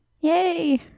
Yay